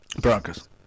Broncos